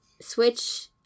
switch